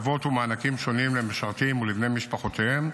הטבות ומענקים שונים למשרתים ולבני משפחותיהם,